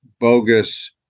bogus